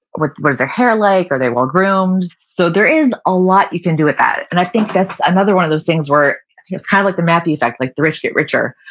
what was their hair like? are they well groomed? so there is a lot you can do with that and i think that's another one of those things where kind of like the math defect, like the rich get richer.